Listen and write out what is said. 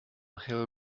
hill